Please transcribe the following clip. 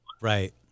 right